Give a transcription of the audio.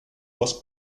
was